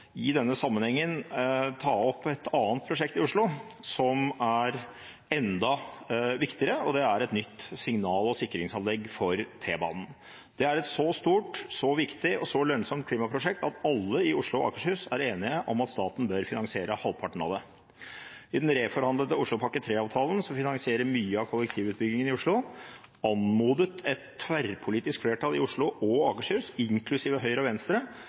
ta opp et annet prosjekt i Oslo, som er enda viktigere, og det er et nytt signal- og sikringsanlegg for T-banen. Det er et så stort, så viktig og så lønnsomt klimaprosjekt at alle i Oslo og Akershus er enige om at staten bør finansiere halvparten av det. I den reforhandlede Oslopakke 3-avtalen, som finansierer mye av kollektivutbyggingen i Oslo, anmodet et tverrpolitisk flertall i Oslo og Akershus, inklusive Høyre og Venstre,